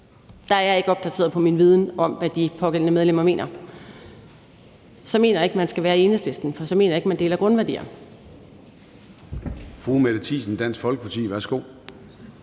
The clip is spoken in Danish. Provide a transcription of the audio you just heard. der er jeg ikke opdateret med hensyn til min viden om, hvad de pågældende medlemmer mener – så mener jeg ikke, man skal være i Enhedslisten, for så mener jeg ikke, man deler grundværdier